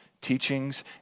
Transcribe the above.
teachings